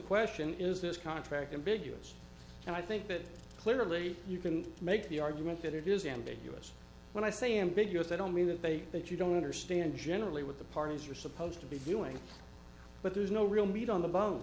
question is this contract ambiguous and i think that clearly you can make the argument that it is ambiguous when i say ambiguous they don't mean that they that you don't understand generally what the parties are supposed to be doing but there's no real meat on the bo